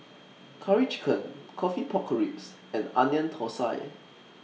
Curry Chicken Coffee Pork Ribs and Onion Thosai